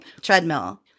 treadmill